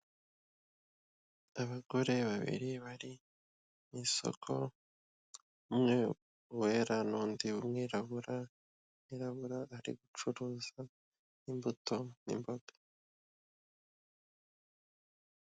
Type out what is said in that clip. Abagore babiri bari mu isoko, umwe wera n'undi w'umwirabura, umwirabura ari gucuruza imbuto n'imboga.